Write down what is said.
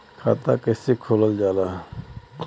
खाता कैसे खोलल जाला?